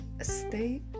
stay